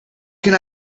can